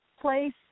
place